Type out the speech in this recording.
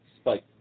Spike